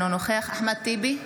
אינו נוכח אחמד טיבי,